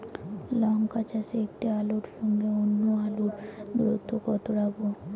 লঙ্কা চাষে একটি আলুর সঙ্গে অন্য আলুর দূরত্ব কত রাখবো?